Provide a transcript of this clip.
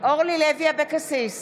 אורלי לוי אבקסיס,